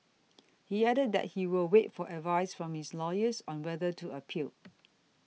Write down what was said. he added that he will wait for advice from his lawyers on whether to appeal